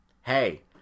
Hey